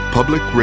Public